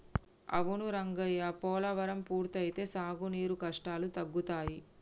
అవును రంగయ్య పోలవరం పూర్తి అయితే సాగునీరు కష్టాలు తగ్గుతాయి